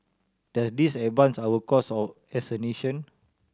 does this advance our cause of as a nation